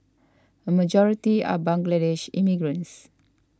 a majority are Bangladeshi immigrants